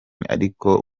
ariko